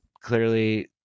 clearly